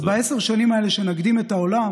אז בעשר השנים האלה שבהן נקדים את העולם